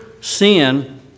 sin